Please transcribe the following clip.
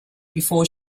before